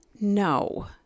No